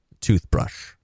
toothbrush